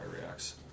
reacts